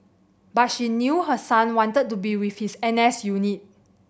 but she knew her son wanted to be with his N S unit